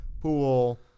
pool